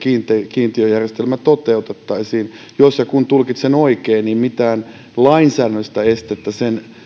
kiintiöjärjestelmä toteutettaisiin jos ja kun tulkitsen oikein niin mitään lainsäädännöllistä estettä sen